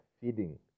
feeding